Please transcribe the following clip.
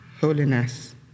holiness